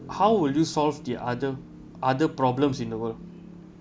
how will you solve the other other problems in the world